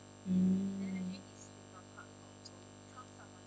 mm